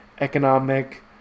economic